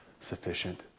sufficient